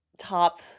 top